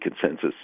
consensus